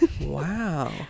wow